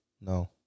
no